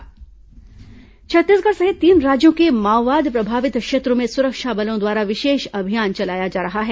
शहीद सप्ताह मुठभेड़ छत्तीसगढ़ सहित तीन राज्यों के माओवाद प्रभावित क्षेत्रों में सुरक्षा बलों द्वारा विशेष अभियान चलाया जा रहा है